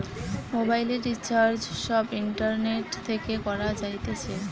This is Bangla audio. মোবাইলের রিচার্জ সব ইন্টারনেট থেকে করা যাইতেছে